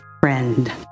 friend